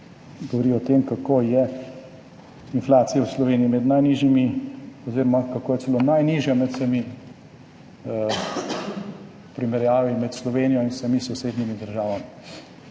govori o tem, kako je inflacija v Sloveniji med najnižjimi oziroma kako je celo najnižja med vsemi v primerjavi med Slovenijo in vsemi sosednjimi državami.